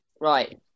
Right